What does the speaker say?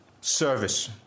service